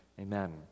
Amen